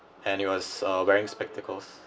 and he was uh wearing spectacles